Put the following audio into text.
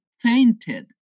fainted